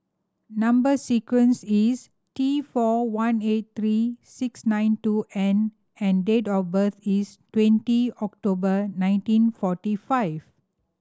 number sequence is T four one eight three six nine two N and date of birth is twenty October nineteen forty five